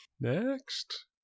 Next